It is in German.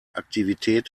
aktivität